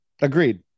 Agreed